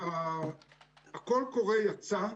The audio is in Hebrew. הקול קורא יצא.